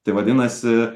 tai vadinasi